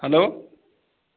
hello